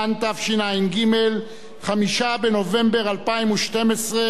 5 בנובמבר 2012 למניינם,